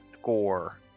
score